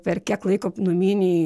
per kiek laiko numynei